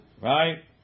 Right